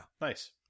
Nice